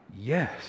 yes